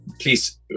Please